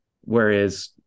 whereas